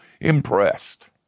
impressed